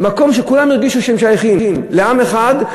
מקום שבו כולם הרגישו שהם שייכים לעם אחד.